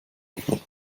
mit